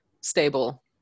stable